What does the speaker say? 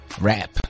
rap